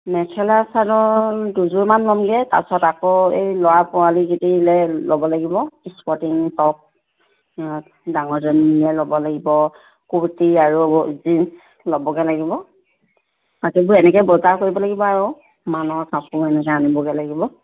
মেখেলা চাদৰ দুযোৰমান ল'মগৈ তাৰপাছত আকৌ এই ল'ৰা পোৱালিকেইটালৈ ল'ব লাগিব স্পৰ্টিং টপ ডাঙৰজনীলৈ ল'ব লাগিব কুৰ্তি আৰু জিন্স ল'বগৈ লাগিব বাকীবোৰ এনেকৈ বজাৰ কৰিব লাগিব আৰু মানৰ কাপোৰ এনেকৈ আনিবগৈ লাগিব